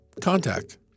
Contact